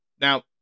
Now